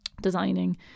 designing